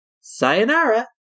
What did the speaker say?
sayonara